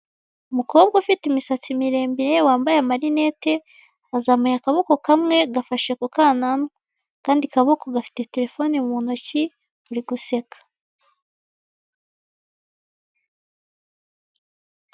Umukobwa ufite imisatsi miremire, wambaye amarinete, azamuye akaboko kamwe, gafashe ku kananwa. Akandi kaboko gafite telefone mu ntoki, ari guseka.